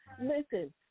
listen